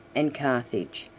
and carthage,